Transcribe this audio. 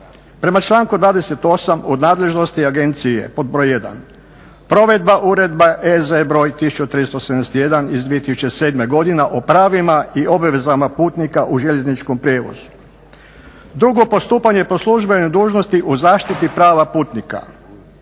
Prema članku 28.u nadležnosti agencije je pod: 1. Provedba Uredbe EZ br.1371 iz 2007. godine o pravima i obavezama putnika u željezničkom prijevozu, 2. Postupanje po službenoj dužnosti u zaštiti prava putnika,